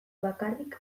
bakarrik